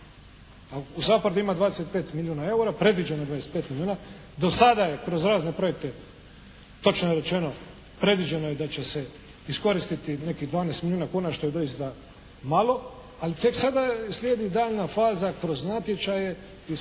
SAPARD-u ima 25 milijuna eura, predviđeno je 25 milijuna. Do sada je kroz razne projekte točno je rečeno, predviđeno je da će se iskoristiti nekih 12 milijuna kuna što je doista malo, ali tek sada sljedi daljnja faza kroz natječaje i mogućnost